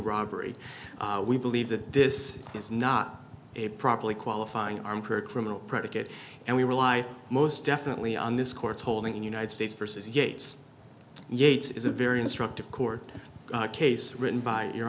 robbery we believe that this is not a properly qualifying arm per criminal predicate and we rely most definitely on this court's holding in united states versus yates yates is a very instructive court case written by your